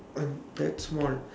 i'm that small